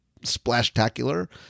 splashtacular